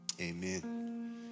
amen